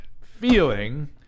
feeling